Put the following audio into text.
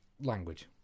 Language